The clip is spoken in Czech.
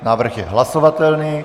Návrh je hlasovatelný.